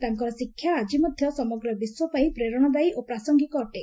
ତାଙ୍କର ଶିକ୍ଷା ଆଜି ମଧ୍ୟ ସମଗ୍ର ବିଶ୍ୱ ପାଇଁ ପ୍ରେରଣାଦାୟୀ ଓ ପ୍ରାସଙ୍ଗିକ ଅଟେ